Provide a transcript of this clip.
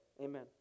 Amen